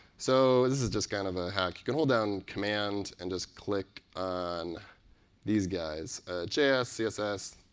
so this is just kind of a hack. you can hold down command and just click on these guys js, css,